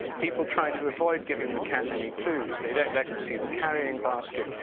people try to avoid giving the cats any clues. they don't let it see the carrying basket,